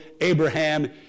Abraham